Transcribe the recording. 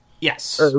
Yes